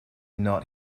not